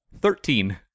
Thirteen